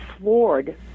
floored